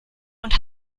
und